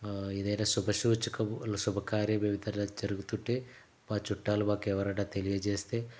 ఏదైనా శుభ సూచకం ఉన్న శుభకార్యం ఏదన్నా జరుగుతుంటే మా చుట్టాలు మాకు ఎవరైన తెలియజేస్తే